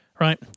right